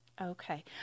Okay